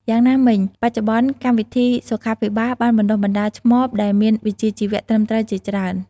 យ៉ាងណាមិញ បច្ចុប្បន្នកម្មវិធីសុខាភិបាលបានបណ្តុះបណ្ដាលឆ្មបដែលមានវិជ្ជាជីវៈត្រឹមត្រូវជាច្រើន។